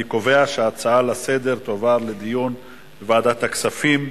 אני קובע שההצעה לסדר-היום תועבר לדיון בוועדת הכספים,